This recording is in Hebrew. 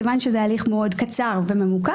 כיוון שזה הליך קצר מאוד וממוקד,